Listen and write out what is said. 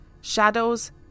shadows